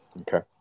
Okay